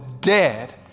dead